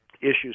issues